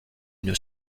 une